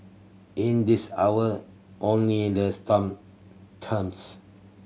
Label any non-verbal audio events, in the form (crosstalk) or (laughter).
in this hour only in the (unintelligible) terms